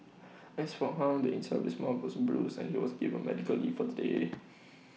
as for hung the inside of his mouth was bruised and he was given medical leave for the day